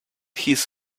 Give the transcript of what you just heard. his